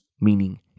meaning